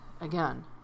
again